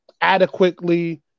adequately